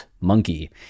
monkey